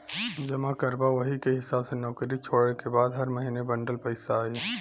जमा करबा वही के हिसाब से नउकरी छोड़ले के बाद हर महीने बंडल पइसा आई